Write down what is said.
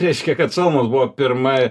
reiškia kad šalmas buvo pirma